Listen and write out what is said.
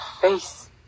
face